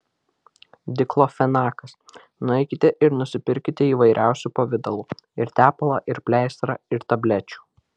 diklofenakas nueikite ir nusipirkite įvairiausių pavidalų ir tepalą ir pleistrą ir tablečių